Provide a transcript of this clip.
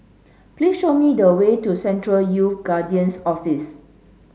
please show me the way to Central Youth Guidance Office